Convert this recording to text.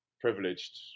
privileged